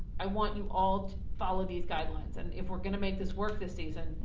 i want you all to follow these guidelines and if we're gonna make this work this season,